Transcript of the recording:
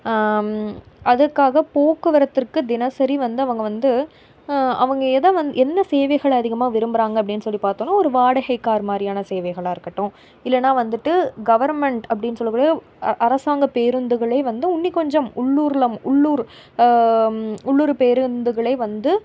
அதற்காக போக்குவரத்திற்கு தினசரி வந்து அவங்க வந்து அவங்க எதை வந்து என்ன சேவைகளை அதிகமாக விரும்புகிறாங்க அப்படின்னு சொல்லி பாத்தோம்னா ஒரு வாடகை கார் மாதிரியான சேவைகளாக இருக்கட்டும் இல்லைன்னா வந்துவிட்டு கவர்மெண்ட் அப்படின்னு சொல்லக் கூடிய அரசாங்க பேருந்துகளை வந்து இன்னும் கொஞ்சம் உள்ளூரில் உள்ளூர் உள்ளூர் பேருந்துகளை வந்து